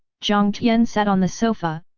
jiang tian sat on the sofa,